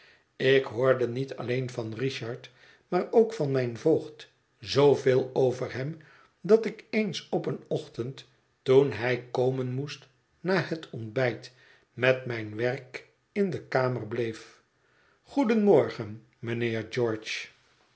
ik hoorde niet alleen van richard maar ook van mijn voogd zooveel over hem dat ik eens op een ochtend toen hij komen moest na het ontbijt met mijn werk in de kamer bleef goedenmorgen mijnheer